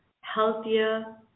healthier